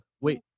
wait